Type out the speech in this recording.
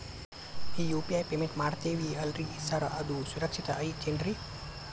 ಈ UPI payment ಮಾಡ್ತೇವಿ ಅಲ್ರಿ ಸಾರ್ ಅದು ಸುರಕ್ಷಿತ್ ಐತ್ ಏನ್ರಿ?